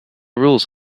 rules